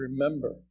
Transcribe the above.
remember